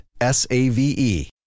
S-A-V-E